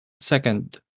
Second